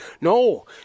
No